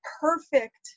perfect